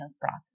process